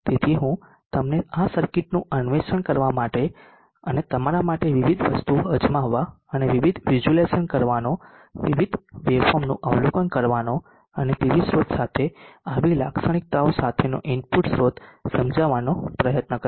તેથી હું તમને આ સર્કિટનું અન્વેષણ કરવા અને તમારા માટે વિવિધ વસ્તુઓ અજમાવવા અને વિવિધ વિઝ્યુલાઇઝ કરવાનો વિવિધ વેવફોર્મનું અવલોકન કરવાનો અને PV સ્ત્રોત સાથે IV લાક્ષણિકતાઓ સાથેનો ઇનપુટ સ્રોત સમજાવાનો પ્રયત્ન કરીશ